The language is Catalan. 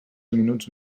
minuts